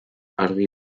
argi